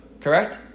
correct